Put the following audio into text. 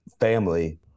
family